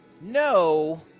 no